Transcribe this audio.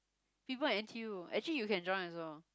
people in N_T_U actually you can join also